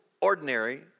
ordinary